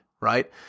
right